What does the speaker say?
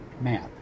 map